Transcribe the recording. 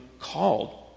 called